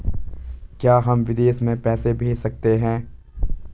क्या हम विदेश में पैसे भेज सकते हैं?